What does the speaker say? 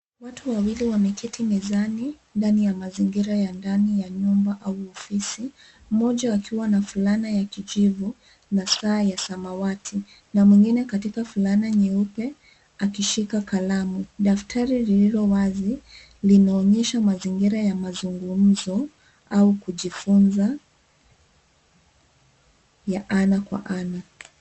Watu wawili wameketi mezani ndani ya mazingira ya ndani ya nyumba au ofisi, mmoja akiwa na fulana ya kijivu na saa ya samawati na mwingine katika fulana nyeupe akishika kalamu. Daftari lililowazi linaonyesha mazingira ya mazungumzo au kujifunza ya ana kwa ana.